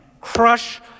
crush